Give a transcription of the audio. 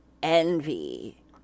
envy